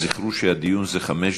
זכרו שהדיון זה חמש דקות,